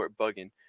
bugging